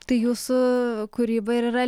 tai jūsų kūryba ir yra